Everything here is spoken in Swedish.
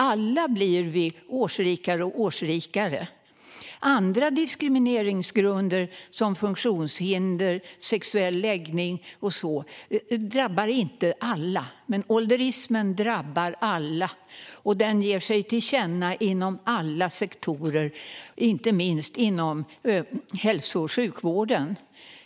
Alla blir ju årsrikare och årsrikare. Andra diskrimineringsgrunder som funktionshinder, sexuell läggning och sådant drabbar inte alla, men ålderismen drabbar alla, och den ger sig till känna inom alla sektorer, inte minst inom hälso och sjukvården.